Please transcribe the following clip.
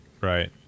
Right